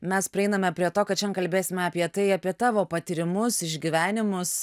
mes prieiname prie to kad šiandien kalbėsime apie tai apie tavo patyrimus išgyvenimus